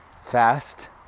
fast